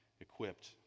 equipped